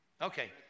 Okay